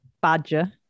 badger